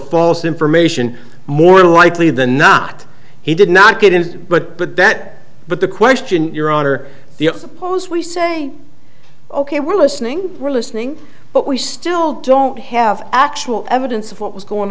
false information more likely than not he did not get it but but that but the question your honor the suppose we say ok we're listening we're listening but we still don't have actual evidence of what was going